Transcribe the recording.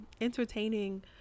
entertaining